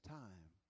time